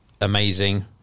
amazing